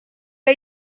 que